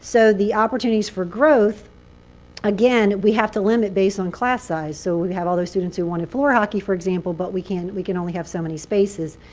so the opportunities for growth again, we have to limit based on class size. so we have all those students who wanted floor hockey, for example. but we can we can only have so many spaces.